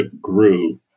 grew